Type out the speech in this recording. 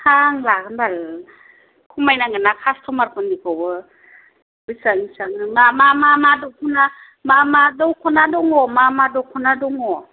हा आं लागोन बाल खमायनांगोन्ना कास्ट'मारफोरनिखौबो बिसिबां बिसिबां मा मा मा दख'ना मा मा दख'ना दङ' मा मा दख'ना दङ'